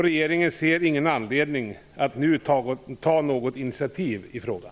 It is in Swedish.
Regeringen ser ingen anledning att nu ta något initiativ i frågan.